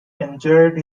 enjoyed